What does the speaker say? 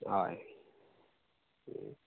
हय